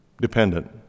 dependent